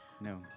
No